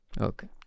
Okay